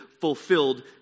fulfilled